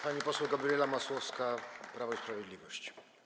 Pani poseł Gabriela Masłowska, Prawo i Sprawiedliwość.